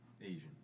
Asian